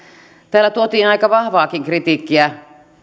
täällä tuotiin aika vahvaakin kritiikkiä